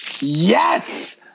yes